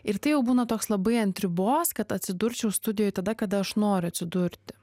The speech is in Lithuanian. ir tai jau būna toks labai ant ribos kad atsidurčiau studijoj tada kada aš noriu atsidurti